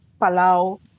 Palau